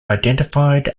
identified